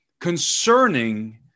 concerning